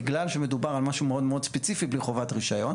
בגלל שמדובר על משהו מאוד מאוד ספציפי בלי חובת רישיון.